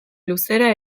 luzera